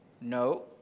No